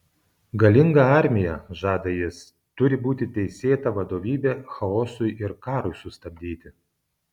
galinga armija žada jis turi būti teisėta vadovybė chaosui ir karui sustabdyti